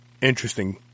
interesting